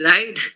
Right